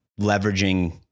leveraging